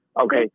Okay